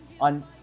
on